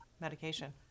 medication